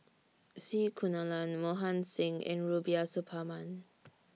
C Kunalan Mohan Singh and Rubiah Suparman